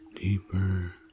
deeper